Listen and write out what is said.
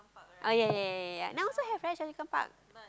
oh ya ya ya ya ya now also have right Shangri-la park